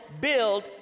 build